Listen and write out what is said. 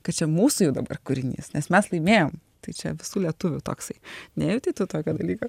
kad čia mūsų jau dabar kūrinys nes mes laimėjom tai čia visų lietuvių toksai nejautei tu tokio dalyko